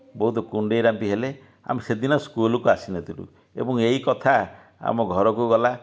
ବହୁତ କୁଣ୍ଡେଇ ରାମ୍ପି ହେଲେ ଆମେ ସେଦିନ ସ୍କୁଲ କୁ ଆସିନଥିଲୁ ଏବଂ ଏଇ କଥା ଆମ ଘରକୁ ଗଲା